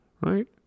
right